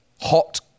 Hot